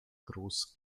groß